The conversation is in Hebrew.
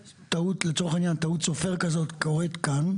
לצורך העניין טעות סופר כזאת קורית כאן,